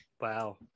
wow